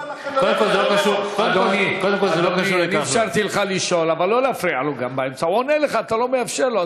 אבל הוא לא אמר לכם ללכת להרוס.